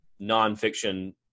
nonfiction